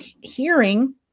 hearing